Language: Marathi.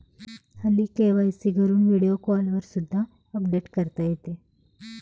हल्ली के.वाय.सी घरून व्हिडिओ कॉलवर सुद्धा अपडेट करता येते